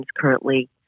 currently